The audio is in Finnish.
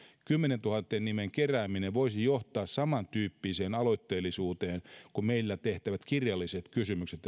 kymmenentuhannen nimen kerääminen voisi johtaa saman tyyppiseen aloitteellisuuteen kuin meillä eduskunnassa tehtävät kirjalliset kysymykset